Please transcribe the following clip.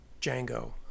Django